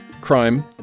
crime